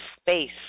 space